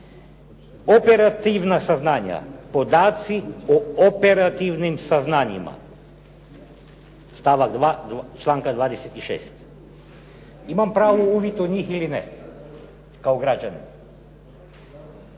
operativna saznanja, podaci o operativnim saznanjima, stavak 2. članka 26. Imam pravo na uvid u njih ili ne kao građanin?